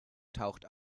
taucht